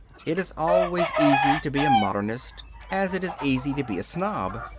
it is always easy to be a modernist as it is easy to be a snob.